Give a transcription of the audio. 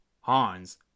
Hans